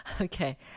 Okay